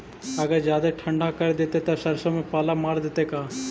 अगर जादे ठंडा कर देतै तब सरसों में पाला मार देतै का?